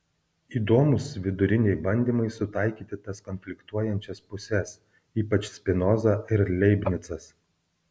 įdomūs viduriniai bandymai sutaikyti tas konfliktuojančias puses ypač spinoza ir leibnicas